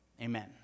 Amen